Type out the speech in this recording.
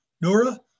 Nora